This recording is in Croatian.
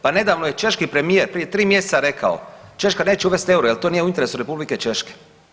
Pa nedavno je češki premijer, prije 3 mjeseca rekao, Češka neće uvest euro jer to nije u interesu Republike Češke.